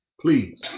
Please